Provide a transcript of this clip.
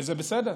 וזה בסדר.